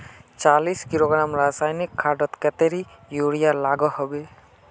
चालीस किलोग्राम रासायनिक खादोत कतेरी यूरिया लागोहो होबे?